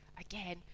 again